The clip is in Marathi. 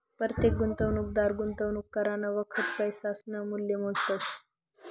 परतेक गुंतवणूकदार गुंतवणूक करानं वखत पैसासनं मूल्य मोजतस